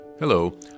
Hello